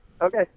Okay